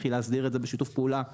היא להסדיר את זה בשיתוף פעולה ממשלתי.